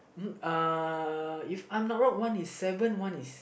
uh if I'm not wrong one is seven one is